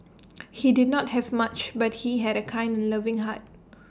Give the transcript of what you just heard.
he did not have much but he had A kind and loving heart